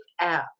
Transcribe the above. app